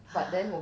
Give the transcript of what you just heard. !huh!